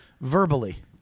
verbally